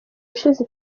ushize